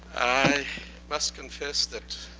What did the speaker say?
i must confess that